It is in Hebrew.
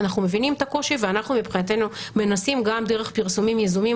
אנחנו מבינים את הקושי ואנחנו מבחינתנו מנסים גם דרך פרסומים יזומים,